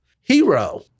Hero